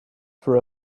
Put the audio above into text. for